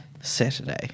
Saturday